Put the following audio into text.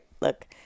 look